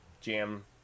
jam